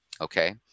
Okay